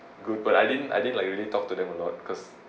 good but I didn't I didn't like really talk to them a lot because